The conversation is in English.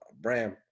Bram